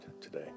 today